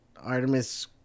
Artemis